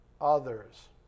others